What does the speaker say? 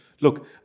look